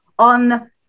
on